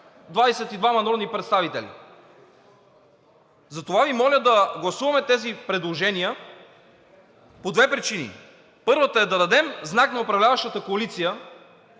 двама народни представители. Затова Ви моля да гласуваме тези предложения по две причини. Първата е: да дадем знак на управляващата коалиция,